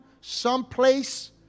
someplace